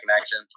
action